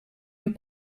amb